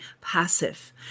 passive